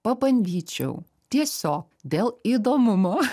pabandyčiau tiesiog dėl įdomumo